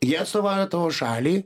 jie atstovauja tavo šalį